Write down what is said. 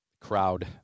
crowd